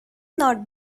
not